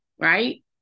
right